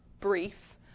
brief